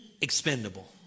expendable